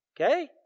Okay